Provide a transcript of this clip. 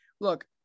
Look